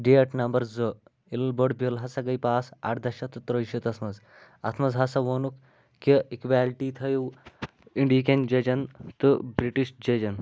date number زٕ Ilbert bill ہسا گٔے پاس اَڑداہ شیٚتھ تہٕ ترٛویہِ شیٖتھس منٛز اَتھ منٛز ہسا ووٚنُکھ کہِ اِکویلٹی تھٲوِو اِنڈہیٖکٮ۪ن ججن تہٕ بِرٛٹِش ججن